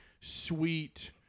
sweet